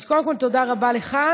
אז קודם כול תודה רבה לך,